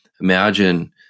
imagine